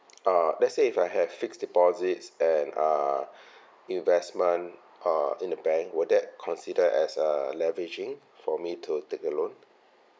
uh let's say if I have fixed deposits and uh investment uh in the bank will that consider as a leveraging for me to take a loan